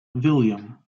william